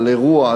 על אירוע,